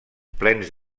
plens